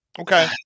Okay